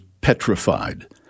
petrified